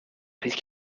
crise